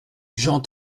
jean